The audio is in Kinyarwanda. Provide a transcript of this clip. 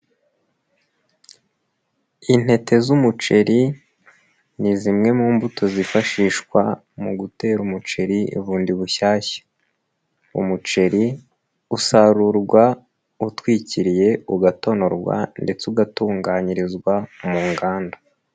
Intete z'umuceri ni zimwe mu mbuto zifashishwa mu gutera umuceri bundi bushyashya, umuceri usarurwa utwikiriye ugatonorwa ndetse ugatunganyirizwa mu nganda.